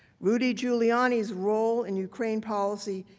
rudy giuliani's role and ukraine policy,